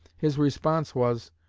his response was,